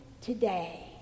today